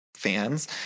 fans